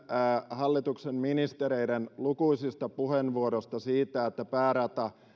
hallituksen ministereiden lukuisista puheenvuoroista siitä että päärata